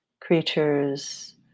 creatures